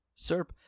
SERP